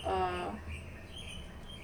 err